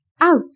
Out